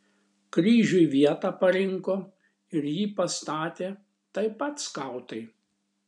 kryžiui vietą parinko ir jį pastatė taip pat skautai